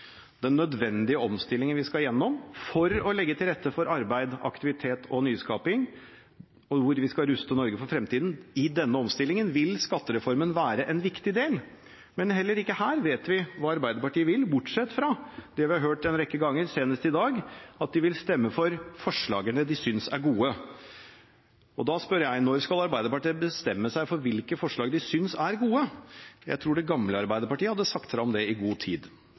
den nødvendige omstillingen vi skal gjennom for å legge til rette for arbeid, aktivitet og nyskaping, hvor vi skal ruste Norge for fremtiden, vil skattereformen være en viktig del. Men heller ikke her vet vi hva Arbeiderpartiet vil, bortsett fra det vi har hørt en rekke ganger, senest i dag, at de vil stemme for de forslagene de synes er gode. Da spør jeg: Når skal Arbeiderpartiet bestemme seg for hvilke forslag de synes er gode? Jeg tror det gamle Arbeiderpartiet hadde sagt fra om det i god tid.